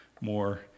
more